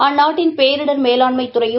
அந்நாட்டின் பேரிடர் மேலாண்மைத் துறையும்